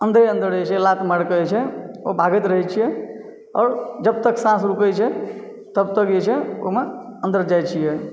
अन्दरे अन्दर जे छै लात मारिके जे छै ओ भागैत रहै छियै आओर जबतक साँस रुकय छै तबतक जे छै ओहिमे अन्दर जाय छियै